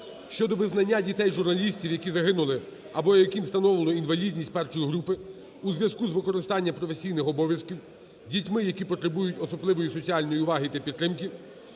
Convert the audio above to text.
щодо визнання дітей журналістів, які загинули або яким встановлено інвалідність 1 групи у зв'язку з виконанням професійних обов'язків, дітьми, які потребують особливої соціальної уваги та підтримки.